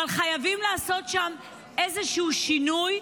אבל חייבים לעשות שם איזשהו שינוי.